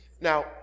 Now